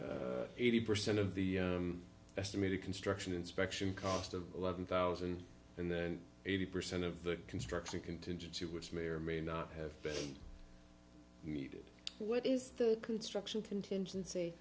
eighty percent of the estimated construction inspection cost of eleven thousand and eighty percent of the construction contingency which may or may not have been needed what is the construction contingency